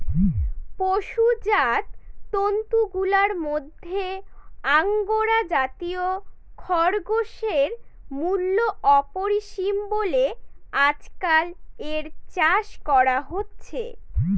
পশুজাত তন্তুগুলার মধ্যে আঙ্গোরা জাতীয় খরগোশের মূল্য অপরিসীম বলে আজকাল এর চাষ করা হচ্ছে